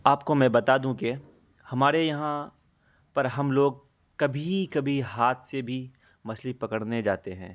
آپ کو میں بتا دوں کہ ہمارے یہاں پر ہم لوگ کبھی کبھی ہاتھ سے بھی مچھلی پکڑنے جاتے ہیں